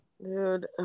Dude